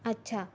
अच्छा